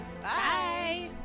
bye